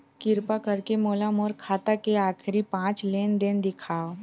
किरपा करके मोला मोर खाता के आखिरी पांच लेन देन देखाव